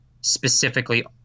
specifically